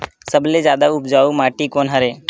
सबले जादा उपजाऊ माटी कोन हरे?